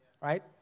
right